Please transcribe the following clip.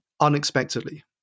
unexpectedly